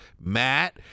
Matt